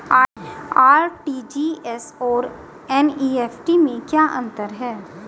RTGS और NEFT में क्या अंतर है?